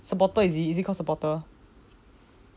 supporter is it is it called supporter